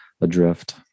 adrift